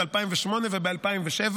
ב-2008 וב-2007,